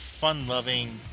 fun-loving